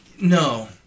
no